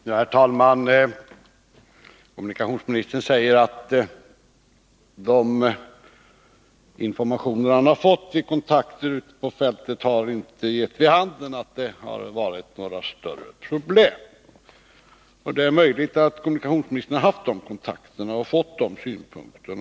Herr talman! Kommunikationsministern säger att de informationer som han har fått vid konktakter ute på fältet inte har gett vid handen att det har varit några större problem. Det är möjligt att kommunikationsministern har haft dessa konktakter och fått dessa synpunkter.